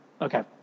Okay